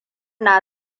na